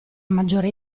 maggiori